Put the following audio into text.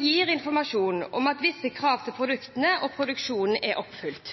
gir informasjon om at visse krav til produktene og produksjonen er oppfylt.